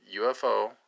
UFO